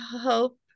help